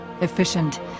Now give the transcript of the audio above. efficient